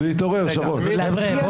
נפל.